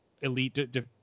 elite